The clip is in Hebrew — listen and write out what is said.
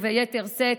וביתר שאת,